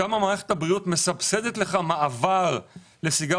שם מערכת הבריאות מסבסדת לך מעבר לסיגריות